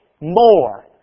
more